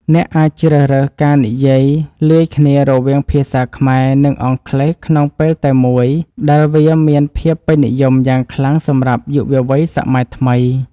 អ្នកអាចជ្រើសរើសការនិយាយលាយគ្នារវាងភាសាខ្មែរ និងអង់គ្លេសក្នុងពេលតែមួយដែលវាមានភាពពេញនិយមយ៉ាងខ្លាំងសម្រាប់យុវវ័យសម័យថ្មី។